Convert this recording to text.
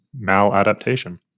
maladaptation